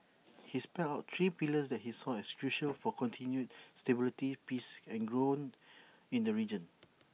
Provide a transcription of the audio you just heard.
he spelt out three pillars that he saw as crucial for continued stability peace and growth in the region